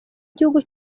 gihugu